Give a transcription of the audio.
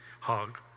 hog